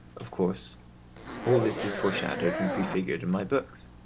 of course all this is foreshadowed and prefigured in my books.